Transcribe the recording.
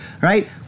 Right